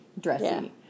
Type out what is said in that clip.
dressy